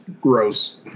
gross